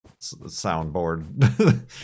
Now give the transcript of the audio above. soundboard